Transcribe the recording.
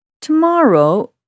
Tomorrow